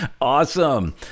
Awesome